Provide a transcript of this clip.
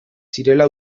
zirela